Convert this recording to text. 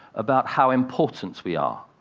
about how important we are.